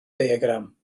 diagram